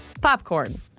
Popcorn